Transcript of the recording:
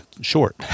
short